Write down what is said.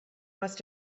must